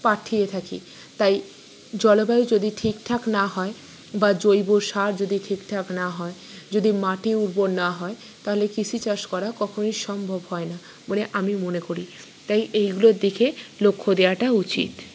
পাঠিয়ে থাকি তাই জলবায়ু যদি ঠিকঠাক না হয় বা জৈব সার যদি ঠিকঠাক না হয় যদি মাটি উর্বর না হয় তাহলে কৃষি চাষ করা কখনোই সম্ভব হয় না বলে আমি মনে করি তাই এইগুলোর দিকে লক্ষ দেওয়াটা উচিত